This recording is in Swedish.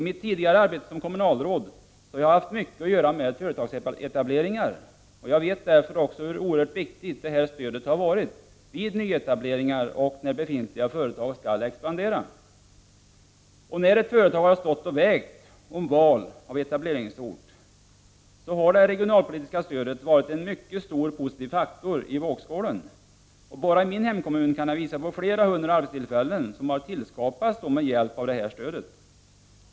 I mitt tidigare arbete som kommunalråd har jag haft mycket att göra med företagsetableringar, och jag vet därför hur oerhört viktigt det regionalpolitiska stödet har varit vid nyetableringar eller när befintliga företag skall expandera. När ett företag har stått och vägt i valet av etableringsort har det regionalpolitiska stödet varit en mycket stor positiv faktor i vågskålen. Bara i min hemkommun kan jag visa på flera hundra arbetstillfällen som skapats med hjälp av det stödet.